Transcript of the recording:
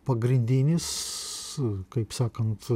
pagrindinis kaip sakant